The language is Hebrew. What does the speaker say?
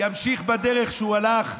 ימשיך בדרך שהוא הלך בה,